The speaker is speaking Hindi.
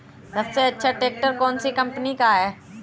सबसे अच्छा ट्रैक्टर कौन सी कम्पनी का है?